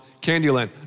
Candyland